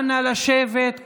אנא, לשבת.